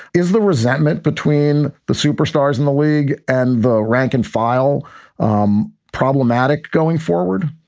is the resentment between the superstars in the league and the rank and file um problematic going forward?